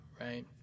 right